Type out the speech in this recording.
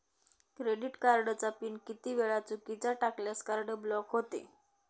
Credit कार्डचा pin किती वेळा चुकीचा टाकल्यास कार्ड ब्लॉक होते?